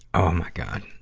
oh my god!